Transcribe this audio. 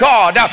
God